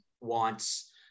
wants